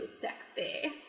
sexy